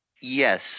Yes